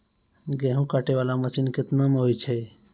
गेहूँ काटै वाला मसीन केतना मे होय छै?